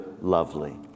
lovely